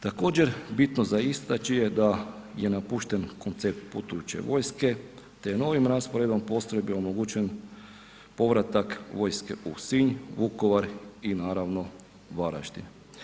Također bitno za istači je da je napušten koncept putujuće vojske te novim rasporedom postrojbi omogućen povratak vojske u Sinj, Vukovar i naravno Varaždin.